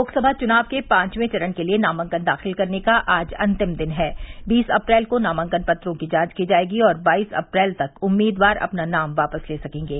लोकसभा चुनाव के पांचवें चरण के लिये नामांकन दाखिल करने की आज अंतिम दिन है बीस अप्रैल को नामांकन पत्रों की जांच की जायेगी और बाईस अप्रैल तक उम्मीदवार अपना नाम वापस ले सकेंगे